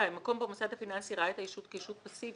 מקום בו המוסד הפיננסי ראה את הישות כישות פסיבית